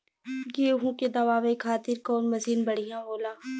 गेहूँ के दवावे खातिर कउन मशीन बढ़िया होला?